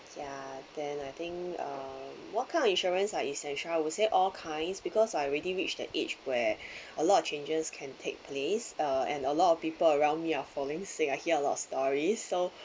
ya then I think uh what kind of insurance are essential I would say all kinds because I already reached the age where a lot of changes can take place uh and a lot of people around me are falling sick I hear a lot of stories so